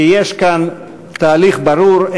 כי יש כאן תהליך ברור.